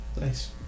Nice